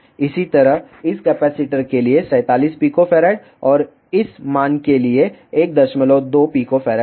इसी तरह इस कपैसिटर के लिए 47 pF और इस मान के लिए 12 pF था